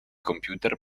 computer